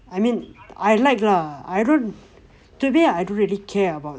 I mean I like lah I don't actually I don't really care about